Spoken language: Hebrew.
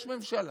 יש ממשלה.